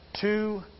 two